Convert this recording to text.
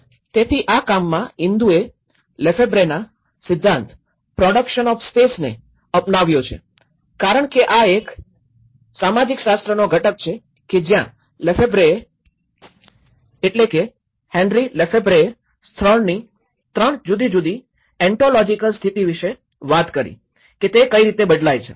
તેથી આ કામમાં ઇન્દુએ લેફેબ્રેનાLefebvre's સિદ્ધાંત પ્રોડકશન ઓફ સ્પેસને અપનાવ્યો છે કારણકે આ એક સામાજિકશાસ્ત્રનો ઘટક છે કે જ્યાં લેફેબ્રેએ હેન્રી લેફેબ્રેએ સ્થળની 3 જુદી જુદી ઓન્ટોલોજીકલ સ્થિતિ વિશે વાત કરી કે તે કઈ રીતે બદલાય છે